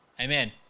Amen